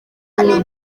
n’ibya